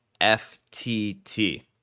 FTT